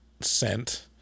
sent